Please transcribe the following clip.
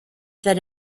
that